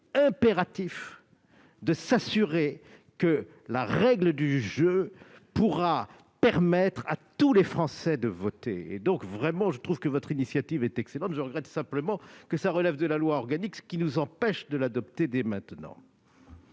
est impératif de s'assurer que la règle du jeu permettra à tous les Français de voter. Je trouve que votre initiative, mon cher collègue, est excellente. Je regrette simplement qu'elle relève de la loi organique, ce qui nous empêche de l'adopter dès maintenant.